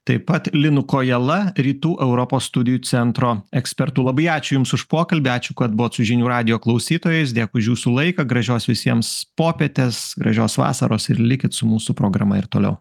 taip pat linu kojala rytų europos studijų centro ekspertu labai ačiū jums už pokalbį ačiū kad buvot su žinių radijo klausytojais dėkui už jūsų laiką gražios visiems popietės gražios vasaros ir likit su mūsų programa ir toliau